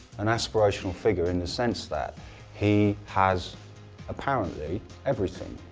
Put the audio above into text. an aspirational figure in the sense that he has apparently everything.